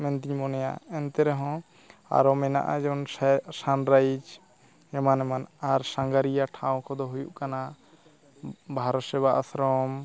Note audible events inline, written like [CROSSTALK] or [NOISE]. ᱢᱮᱱᱛᱮᱧ ᱢᱚᱱᱮᱭᱟ ᱮᱱᱛᱮ ᱨᱮᱦᱚᱸ ᱟᱨᱚ ᱢᱮᱱᱟᱜᱼᱟ ᱡᱮᱢᱚᱱ [UNINTELLIGIBLE] ᱥᱟᱱᱨᱟᱭᱤᱡᱽ ᱮᱢᱟᱱ ᱮᱢᱟᱱ ᱟᱨ ᱥᱟᱸᱜᱷᱟᱨᱤᱭᱟ ᱴᱷᱟᱶ ᱠᱚᱫᱚ ᱦᱩᱭᱩᱜ ᱠᱟᱱᱟ ᱵᱷᱟᱨᱚᱛ ᱥᱮᱵᱟ ᱟᱥᱨᱚᱢ